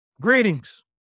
Greetings